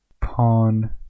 pawn